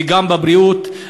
וגם בבריאות,